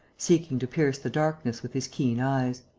seeking to pierce the darkness with his keen eyes.